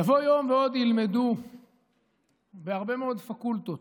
יבוא יום ועוד ילמדו בהרבה מאוד פקולטות